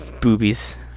boobies